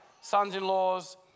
sons-in-laws